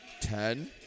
Ten